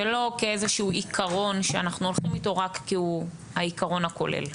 ולא כאיזה שהוא עקרון שאנחנו הולכים איתו רק כי הוא העקרון הכולל.